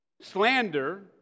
slander